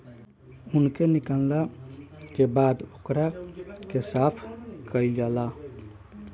ऊन के निकालला के बाद ओकरा के साफ कईल जाला